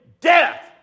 death